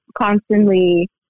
constantly